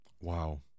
Wow